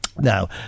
now